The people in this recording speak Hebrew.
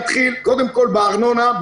אתחיל קודם כול בארנונה,